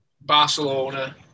Barcelona